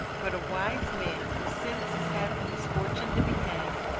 but a wise man, who since has had the misfortune to be hanged,